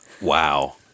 Wow